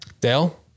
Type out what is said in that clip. Dale